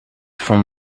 from